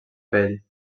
pell